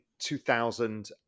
2000